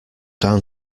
down